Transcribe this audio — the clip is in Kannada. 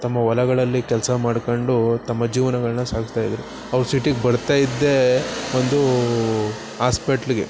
ತಮ್ಮ ಹೊಲಗಳಲ್ಲಿ ಕೆಲಸ ಮಾಡ್ಕೊಂಡು ತಮ್ಮ ಜೀವನಗಳ್ನ ಸಾಗಿಸ್ತಾ ಇದ್ದರು ಅವ್ರು ಸಿಟಿಗೆ ಬರ್ತಾ ಇದ್ದೇ ಒಂದು ಹಾಸ್ಪೆಟ್ಲಿಗೆ